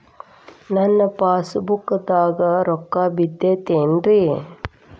ನನ್ನ ಪಾಸ್ ಪುಸ್ತಕದಾಗ ರೊಕ್ಕ ಬಿದ್ದೈತೇನ್ರಿ?